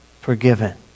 forgiven